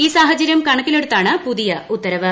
ഈ സാഹചര്യം കണക്കിലെടുത്താണ് പുതിയ ഉത്തരവ്